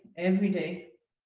everyday.